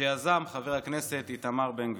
שיזם חבר הכנסת איתמר בן גביר.